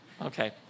Okay